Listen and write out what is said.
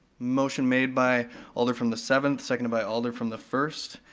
motion made by alder from the seventh, second by alder from the first,